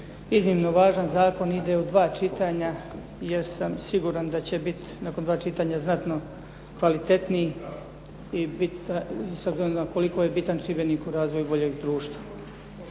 iznimno važan zakon ide u dva čitanja, jer sam siguran da će biti nakon dva čitanja znatno kvalitetniji i s obzirom na koliko je bitan čimbenik u razvoju boljeg društva.